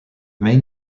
main